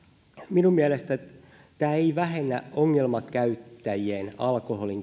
minun mielestäni tämä ei vähennä ongelmakäyttäjien